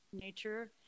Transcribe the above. nature